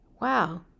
wow